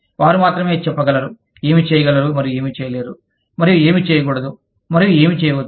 వారు మాత్రమే చెప్పగలరు ఏమి చేయగలరు మరియు ఏమి చేయలేరు మరియు ఏమి చేయకూడదు మరియు ఏమి చేయవచ్చు